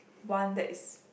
one that is